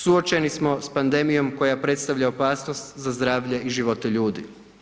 Suočeni smo pandemijom koja predstavlja opasnost za zdravlje i živote ljudi.